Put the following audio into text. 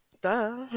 Duh